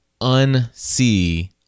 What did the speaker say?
unsee